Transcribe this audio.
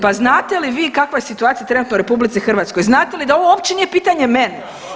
Pa znate li vi kakva je situacija trenutno u RH, znate li da ovo uopće nije pitanje mene.